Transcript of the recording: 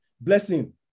Blessing